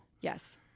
Yes